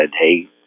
hey